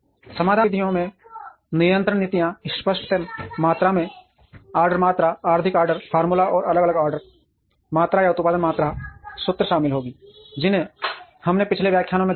समाधान विधियों में नियंत्रण नीतियां इष्टतम मात्रा में ऑर्डर मात्रा आर्थिक ऑर्डर फॉर्मूला और अलग अलग ऑर्डर मात्रा या उत्पादन मात्रा सूत्र शामिल होंगी जिन्हें हमने पिछले व्याख्यानों में देखा है